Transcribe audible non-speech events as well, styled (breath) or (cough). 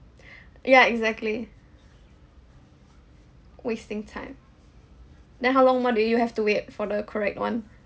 (breath) ya exactly wasting time then how long more did you have to wait for the correct one